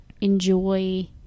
enjoy